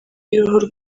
y’uruhu